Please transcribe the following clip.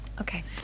Okay